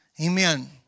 Amen